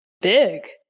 big